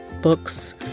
Books